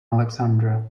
alexandra